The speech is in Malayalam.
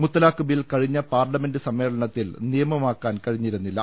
മുത്തലാഖ് ബിൽ കഴിഞ്ഞ പാർലമെന്റ് സമ്മേളനത്തിൽ നിയമമാക്കാൻ കഴിഞ്ഞിരുന്നില്ല